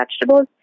vegetables